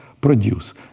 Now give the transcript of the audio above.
produce